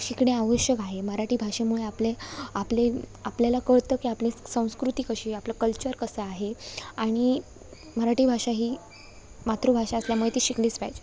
शिकणे आवश्यक आहे मराठी भाषेमुळे आपले आपले आपल्याला कळतं की आपली संस्कृती कशी आहे आपलं कल्चर कसं आहे आणि मराठी भाषा ही मातृभाषा असल्यामुळे ती शिकलीच पाहिजे